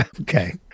Okay